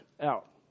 out